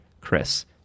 Chris